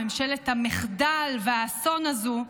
ממשלת המחדל והאסון הזו,